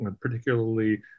particularly